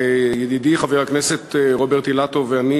ידידי חבר הכנסת רוברט אילטוב ואני